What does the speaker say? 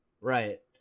Right